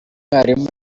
mwarimu